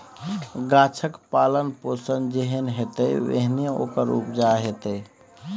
गाछक पालन पोषण जेहन हेतै ओहने ओकर उपजा हेतै